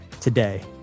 today